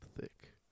thick